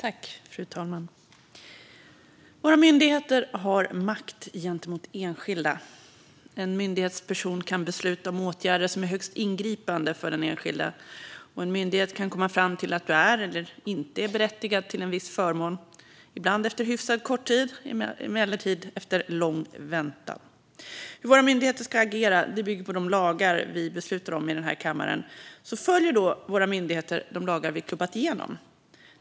Fru talman! Våra myndigheter har makt gentemot enskilda. En myndighetsperson kan besluta om åtgärder som är högst ingripande för den enskilda. Och en myndighet kan komma fram till att du är eller inte är berättigad till en viss förmån, ibland efter hyfsat kort tid, emellanåt efter lång väntan. Hur våra myndigheter ska agera bygger på de lagar vi beslutar om i den här kammaren. Så följer då våra myndigheter de lagar som vi har klubbat igenom?